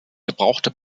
gebrauchte